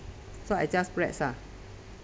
so I just press ah